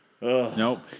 Nope